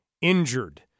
injured